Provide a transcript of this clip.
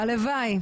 הלוואי.